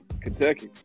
Kentucky